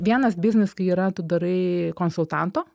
vienas biznis kai yra tu darai konsultanto